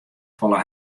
folle